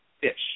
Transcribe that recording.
fish